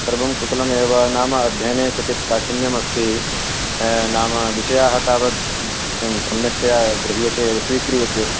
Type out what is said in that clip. सर्वं कुशलम् एव नाम अध्ययने क्वचित् काठिन्यमस्ति नाम विषयाः तावद् किं सम्यक्तया गृह्यन्ते स्वीक्रियन्ते